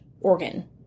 organ